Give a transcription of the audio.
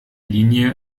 linie